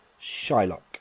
Shylock